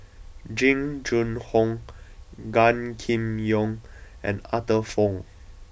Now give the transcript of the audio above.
Jing Jun Hong Gan Kim Yong and Arthur Fong